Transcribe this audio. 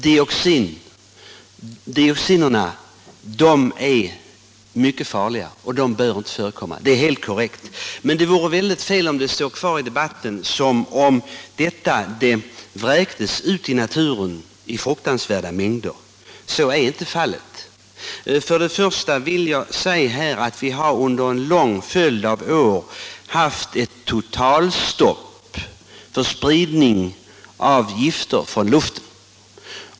Dioxinerna är mycket farliga och de bör inte få förekomma. Men det vore i hög grad fel om det i debatten fick kvarstå ett intryck av att de här gifterna vräktes ut i naturen i fruktansvärda mängder. Så är inte fallet. Vi har under en lång följd av år haft totalstopp för spridning av gift från luften.